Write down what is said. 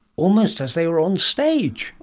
almost as they were on stage.